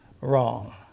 wrong